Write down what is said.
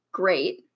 great